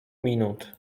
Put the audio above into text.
minut